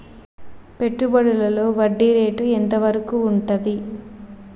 పెట్టుబడులలో వడ్డీ రేటు ఎంత వరకు ఉంటది?